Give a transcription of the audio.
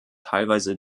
teilweise